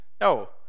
No